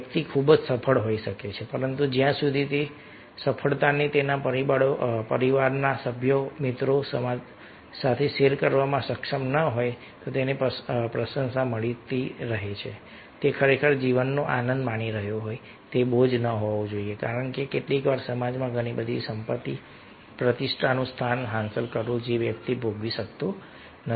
વ્યક્તિ ખૂબ જ સફળ થઈ શકે છે પરંતુ જ્યાં સુધી તે તે સફળતાને તેના પરિવારના સભ્યો મિત્રો સમાજ સાથે શેર કરવા સક્ષમ ન હોય તેને પ્રશંસા મળી રહી હોય તે ખરેખર જીવનનો આનંદ માણી રહ્યો હોય તે બોજ ન હોવો જોઈએ કારણ કે કેટલીકવાર સમાજમાં ઘણી બધી સંપત્તિ પ્રતિષ્ઠાનું સ્થાન હાંસલ કરવું જે વ્યક્તિ ભોગવી શકતો નથી